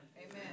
Amen